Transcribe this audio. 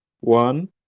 one